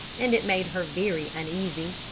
and it made her very uneasy.